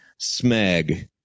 SMEG